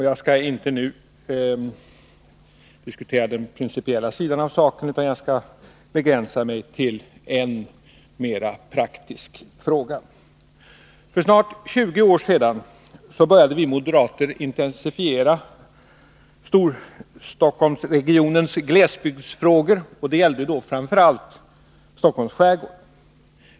Jag skall inte nu diskutera den principiella sidan av saken, utan jag skall begränsa mig till en mera praktisk fråga. För snart 20 år sedan började vi moderater intensifiera Storstockholmsregionens glesbygdsfrågor, och det gällde då framför allt Stockholms skärgård.